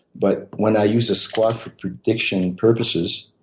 but when i use a squat for prediction purposes,